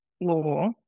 law